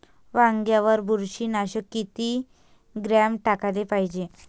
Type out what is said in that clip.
वांग्यावर बुरशी नाशक किती ग्राम टाकाले पायजे?